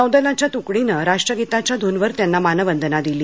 नौदलाच्यार तुकडीने राष्ट्यगीताच्याध धूनवर त्यांना मानवंदना दिली